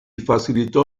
facilitó